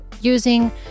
using